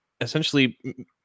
essentially